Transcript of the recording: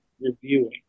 reviewing